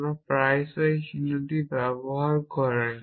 আমরা প্রায়শই আপনি এই চিহ্নটি ব্যবহার করেন